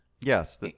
Yes